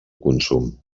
consum